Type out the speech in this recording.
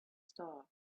star